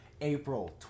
April